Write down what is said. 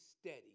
steady